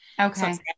Okay